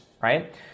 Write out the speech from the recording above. right